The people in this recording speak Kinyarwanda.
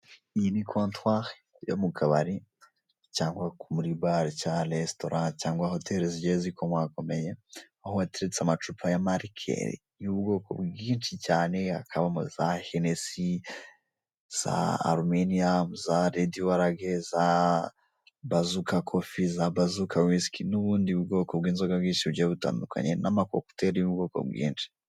AIyi ni kotwahi yo mu kabari, cyangwa muri bare, cyangwa resitora cyangwa hoteri zigiye zikomakomeye aho hateretse amacupa y'amarikeri y'ubwoko bwinshi cyane, hakabamo za henesi, za aluminiyamu, za redi warage, za bazoka kofi, za bazoka wisiki, n'ubundi bwoko bw'inzoga bwinshi bugiye butandukanye, n'amakoputeri y'ubwoko mbwinshi.